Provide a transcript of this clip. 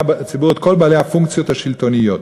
בציבור את כל בעלי הפונקציות השלטוניות.